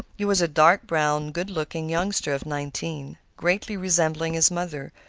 he was a dark-browed, good-looking youngster of nineteen, greatly resembling his mother,